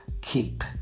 keep